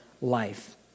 life